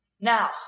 now